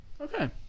Okay